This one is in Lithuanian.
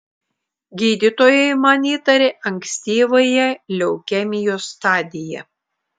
gydytojai man įtarė ankstyvąją leukemijos stadiją